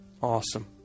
Awesome